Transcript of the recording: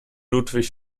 ludwig